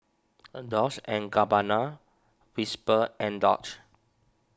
Dolce and Gabbana Whisper and Doux